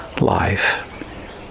life